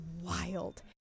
wild